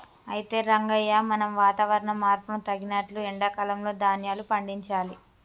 అయితే రంగయ్య మనం వాతావరణ మార్పును తగినట్లు ఎండా కాలంలో ధాన్యాలు పండించాలి